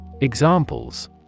Examples